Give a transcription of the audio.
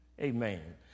Amen